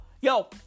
yo